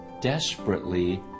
desperately